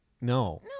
no